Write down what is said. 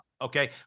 Okay